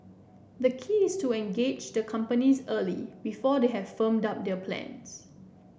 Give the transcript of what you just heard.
the key is to engage the companies early before they have firmed up their plans